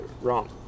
wrong